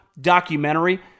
documentary